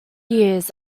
years